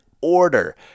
order